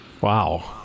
Wow